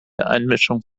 einmischung